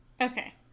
Okay